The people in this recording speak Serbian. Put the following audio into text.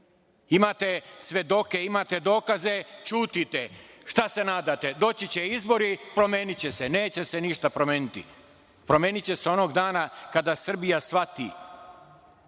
Imate svedoke, imate dokaze, ćutite. Šta se nadate? Doći će izbori, promeniće se. Neće se ništa promeniti. Promeniće se onog dana kada Srbija shvati